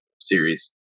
series